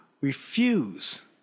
refuse